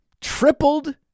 tripled